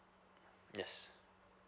yes